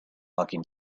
talking